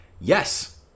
yes